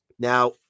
Now